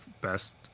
best